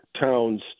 Towns